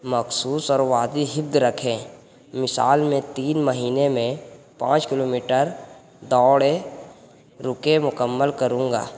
مخصوص رکھیں مثال میں تین مہینے میں پانچ کلو میٹر دوڑیں رکے مکمل کروں گا